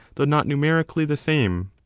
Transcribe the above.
though not numerically, the same.